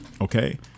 Okay